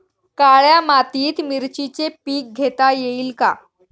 काळ्या मातीत मिरचीचे पीक घेता येईल का?